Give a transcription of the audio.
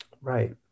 Right